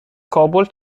کابل